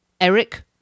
Eric